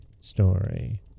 story